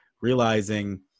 realizing